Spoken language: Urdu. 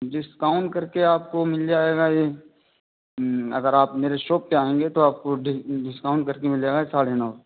ڈسکاؤنٹ کر کے آپ کو مل جائے گا یہ اگر آپ میرے شاپ پہ آئیں گے تو آپ کو ڈسکاؤنٹ کر کے مل جائے گا ساڑھے نو